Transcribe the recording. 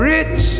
Rich